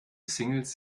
singles